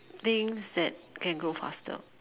things that can go faster